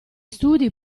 studi